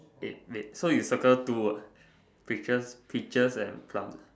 eh wait so you circle two ah pictures peaches and plum ah